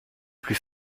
plus